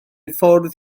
ffordd